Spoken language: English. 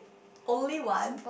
only one